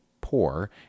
poor